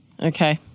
Okay